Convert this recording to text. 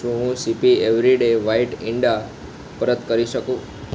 શું હું CP every day white ઇંડા પરત કરી શકું